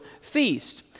feast